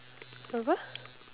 apa